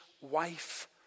wife